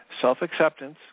self-acceptance